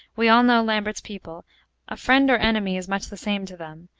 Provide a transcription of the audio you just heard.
we all know lambert's people a friend or enemy is much the same to them.